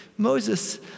Moses